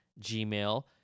Gmail